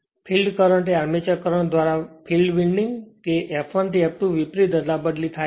field current એ armature current ધ્વારા field winding કે F1 થી F2 વિપરીત અદલાબદલી થાય છે